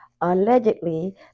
Allegedly